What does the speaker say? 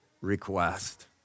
request